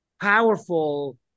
powerful